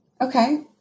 Okay